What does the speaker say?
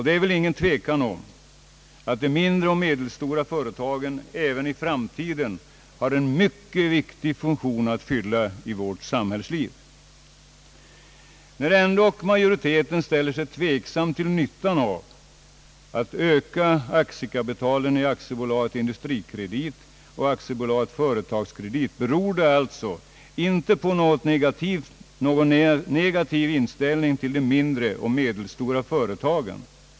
Det är väl ingen tvekan om att de mindre och medelstora företagen även i framtiden har en mycket viktig funktion att fylla i vårt näringsliv. När ändå majoriteten ställer sig tveksam till nyttan av att öka aktiekapitalet i AB Industrikredit och AB Företagskredit beror det alltså inte på någon negativ inställning till de mindre och medelstora företagen.